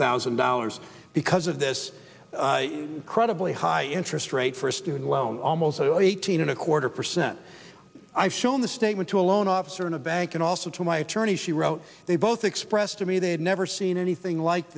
thousand dollars because of this credibly high interest rate for a student loan almost eighteen and a quarter percent i've shown the statement to a loan officer in a bank and also to my attorney she wrote they both expressed to me they had never seen anything like